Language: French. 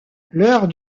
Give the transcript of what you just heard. l’heure